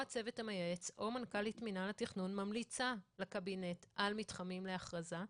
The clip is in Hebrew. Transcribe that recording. הצוות המייעץ או מנכ"לית מינהל התכנון ממליצה לקבינט על מתחמים להכרזה.